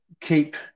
keep